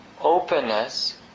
openness